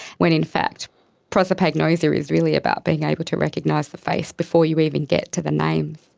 when in fact prosopagnosia is really about being able to recognise the face before you even get to the names.